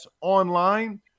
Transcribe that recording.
online